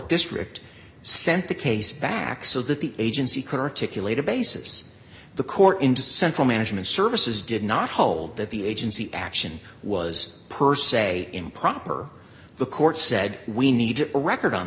district sent the case back so that the agency kirchick you later basis the court into central management services did not hold that the agency action was per se improper the court said we needed a record on